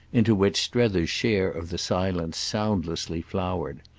into which strether's share of the silence soundlessly flowered.